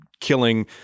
killing